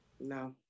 No